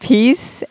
Peace